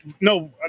No